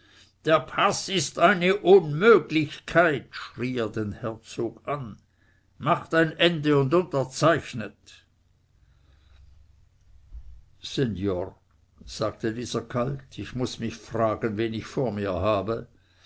der paß ist eine unmöglichkeit schrie er den herzog an macht ein ende und unterzeichnet sennor sagte dieser kalt ich muß mich fragen wen ich vor mir habe